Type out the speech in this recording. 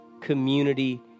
community